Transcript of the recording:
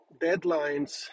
deadlines